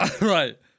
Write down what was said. Right